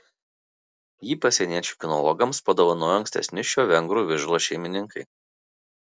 jį pasieniečių kinologams padovanojo ankstesni šio vengrų vižlo šeimininkai